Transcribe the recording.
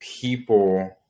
people